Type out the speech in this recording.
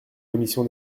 commission